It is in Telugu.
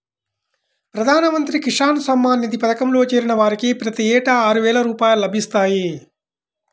ప్రధాన మంత్రి కిసాన్ సమ్మాన్ నిధి పథకంలో చేరిన వారికి ప్రతి ఏటా ఆరువేల రూపాయలు లభిస్తాయి